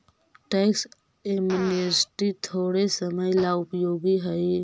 tax amnesty थोड़े समय ला उपयोगी हई